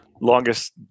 longest